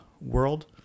world